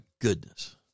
goodness